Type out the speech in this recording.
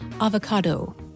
avocado